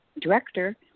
director